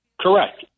Correct